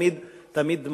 תמיד דמעות.